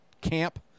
Camp